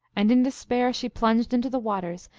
and in despair she plunged into the waters,